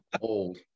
Old